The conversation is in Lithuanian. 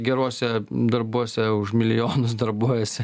geruose darbuose už milijonus darbuojasi